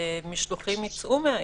שמשלוחים יצאו מהעיר.